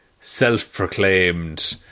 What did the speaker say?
self-proclaimed